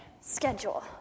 schedule